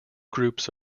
groups